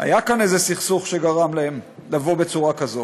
היה כאן איזה סכסוך שגרם להם לבוא בצורה כזאת.